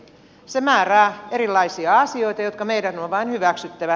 se määrää erilaisia asioita jotka meidän on vain hyväksyttävä